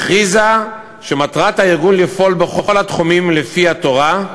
הכריזה שמטרת הארגון לפעול בכל התחומים לפי התורה,